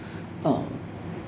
uh